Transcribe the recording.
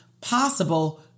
possible